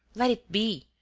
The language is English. let it be.